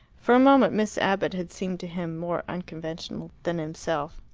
for a moment miss abbott had seemed to him more unconventional than himself.